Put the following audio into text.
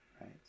right